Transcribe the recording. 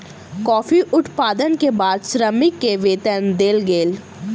coffee उत्पादन के बाद श्रमिक के वेतन देल गेल